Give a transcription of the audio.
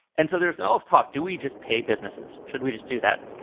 and so there's ls talk. do we just pay businesses? should we just do that?